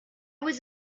was